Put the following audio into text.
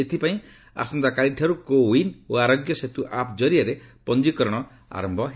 ଏଥିପାଇଁ ଆସନ୍ତାକାଲି ଠାରୁ କୋ ୱିନ୍ ଓ ଆରୋଗ୍ୟ ସେତୁ ଆପ୍ ଜରିଆରେ ପଞ୍ଜିକରଣ ଆରମ୍ଭ ହେବ